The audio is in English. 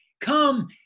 come